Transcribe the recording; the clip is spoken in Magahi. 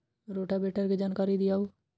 रोटावेटर के जानकारी दिआउ?